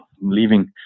leaving